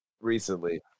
recently